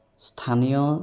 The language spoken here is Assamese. স্থানীয়